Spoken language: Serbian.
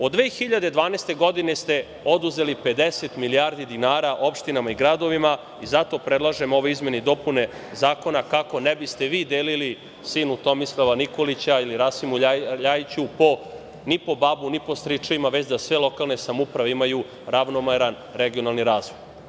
Od 2012. godine ste oduzeli 50 milijardi dinara opštinama i gradovima i zato predlažem ove izmene i dopune zakona kako ne biste vi delili sinu Tomislava Nikolića ili Rasimu LJajiću ni po babu ni po stričevima, već da sve lokalne samouprave imaju ravnomeran regionalni razvoj.